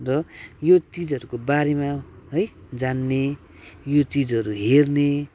र यो चिजहरूकोबारेमा है जान्ने यो चिजहरू हेर्ने